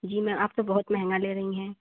जी ma'am आप तो बहुत महँगा ले रहीं हैं